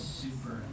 super